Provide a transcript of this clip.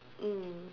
mm